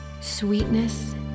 sweetness